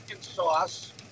sauce